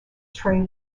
trey